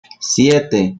siete